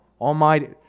Almighty